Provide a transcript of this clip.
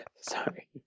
Sorry